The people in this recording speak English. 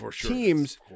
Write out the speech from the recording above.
teams